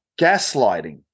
Gaslighting